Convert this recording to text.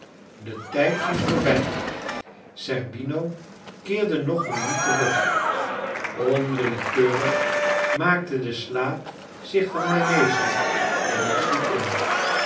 de tijd ging voorbij zerbino keerde nog maar niet terug onwillekeurig maakte de slaap zich van mij meester en ik sliep in